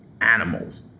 animals